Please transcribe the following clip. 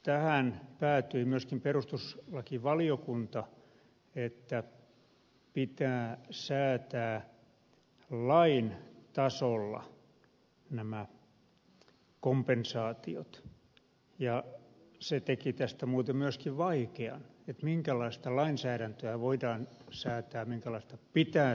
tähän päätyi myöskin perustuslakivaliokunta että pitää säätää lain tasolla nämä kompensaatiot ja se teki tästä muuten myöskin vaikean sikäli minkälaista lainsäädäntöä voidaan säätää minkälaista pitää säätää